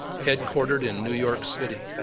headquartered in new york city.